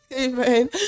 amen